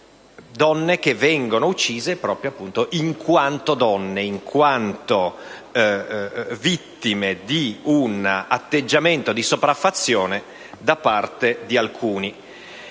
donne che vengono uccise proprio in quanto donne, in quanto vittime di un atteggiamento di sopraffazione da parte di alcuni.